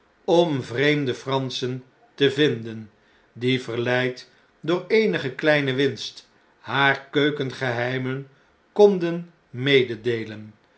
om vreemde franschen te vinden die verleid door eenige kleine winst haar keukengeheimen konden mededeelen